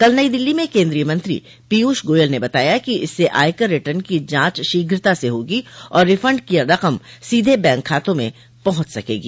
कल नई दिल्ली में केंद्रीय मंत्री पीयूष गोयल ने बताया कि इससे आयकर रिटर्न की जांच शीघ्रता से होगी और रिफंड की रकम सीधे बैंक खातों में पहुंच सकेगी